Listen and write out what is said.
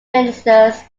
ministers